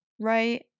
right